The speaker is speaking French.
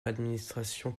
l’administration